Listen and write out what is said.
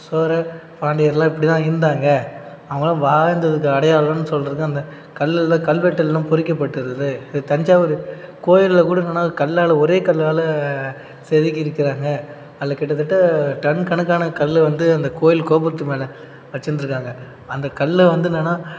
சோழ பாண்டியரெலாம் இப்படிதான் இருந்தாங்க அவங்களாம் வாழ்ந்ததுக்கு அடையாளம்னு சொல்றதுக்கு அந்த கல்லில் கல்வெட்டுலெலாம் பொறிக்கப்பட்டது இது தஞ்சாவூர் கோயிலில் கூட என்னன்னால் கல்லால் ஒரே கல்லால் செதுக்கி இருக்கிறாங்க அதில் கிட்டத்தட்ட டன்கணக்கான கல் வந்து அந்த கோயில் கோபுரத்து மேலே வச்சுருந்துருக்காங்க அந்த கல்லை வந்து என்னன்னா